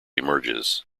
emerges